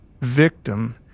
victim